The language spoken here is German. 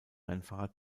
rennfahrer